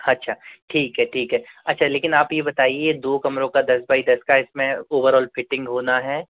अच्छा ठीक है ठीक है अच्छा लेकिन आप ये बताइए दो कमरों का दस बाई दस का इसमें ओवरऑल फिटिंग होना है